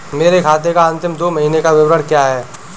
मेरे खाते का अंतिम दो महीने का विवरण क्या है?